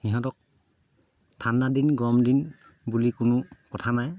সিহঁতক ঠাণ্ডা দিন গৰম দিন বুলি কোনো কথা নাই